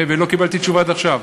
ולא קיבלתי תשובה עד עכשיו.